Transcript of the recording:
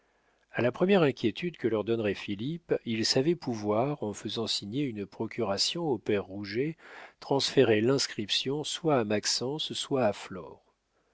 a la première inquiétude que leur donnerait philippe ils savaient pouvoir en faisant signer une procuration au père rouget transférer l'inscription soit à maxence soit à